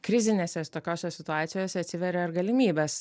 krizinėse tokiose situacijose atsiveria ir galimybės